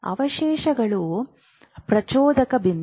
ಅವಶೇಷಗಳು ಪ್ರಚೋದಕ ಬಿಂದು